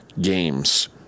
games